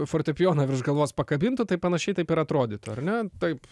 fortepijoną virš galvos pakabintų taip panašiai taip ir atrodytų ar ne taip